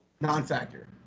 Non-factor